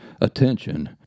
attention